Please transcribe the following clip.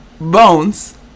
bones